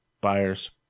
buyers